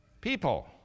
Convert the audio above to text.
People